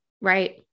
Right